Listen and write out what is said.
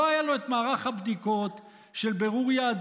לא היה לו את מערך הבדיקות של בירור יהדות,